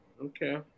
Okay